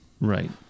Right